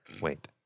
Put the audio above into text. Wait